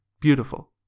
beautiful